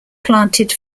planted